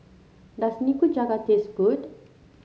does Nikujaga taste good